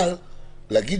אבל להגיד